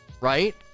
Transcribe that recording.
right